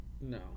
No